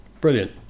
Brilliant